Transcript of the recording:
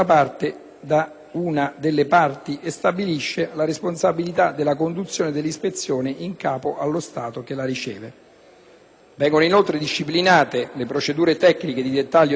Vengono, inoltre, disciplinate le procedure tecniche di dettaglio di conduzione dell'ispezione, il sistema di scambio della notifica ricevuta dall'OPAC e la corretta individuazione dello Stato parte ispezionato